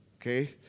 okay